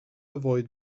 avoid